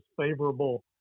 favorable